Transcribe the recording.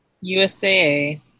USA